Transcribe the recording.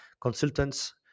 consultants